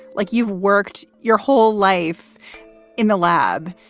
like you've worked your whole life in the lab,